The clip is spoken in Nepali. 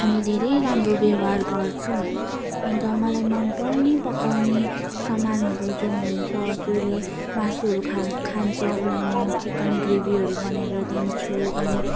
हामी धेरै राम्रो व्यवहार गर्छौँ अन्त मलाई मनपर्ने पकाउने सामानहरू जो हुन्छ जसले मासुहरू खान्छ उसलाई म चिकन ग्रेभीहरू बनाएर दिन्छु अनि